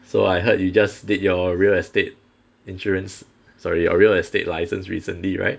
so I heard you just did your real estate insurance sorry your real estate license recently right